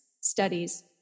studies